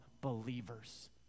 believers